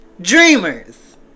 Dreamers